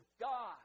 God